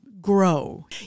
grow